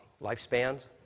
lifespans